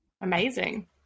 Amazing